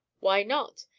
why not?